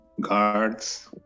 Guards